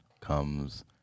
comes